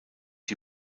die